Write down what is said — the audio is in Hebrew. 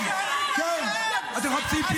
את בעצמך.